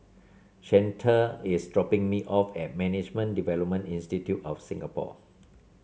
Chante is dropping me off at Management Development Institute of Singapore